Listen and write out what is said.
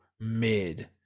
mid